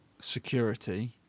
security